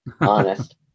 honest